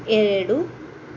ಎರಡು